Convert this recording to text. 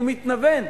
הוא מתנוון,